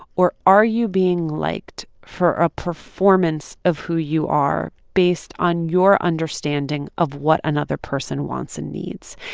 or are you being liked for a performance of who you are based on your understanding of what another person wants and needs?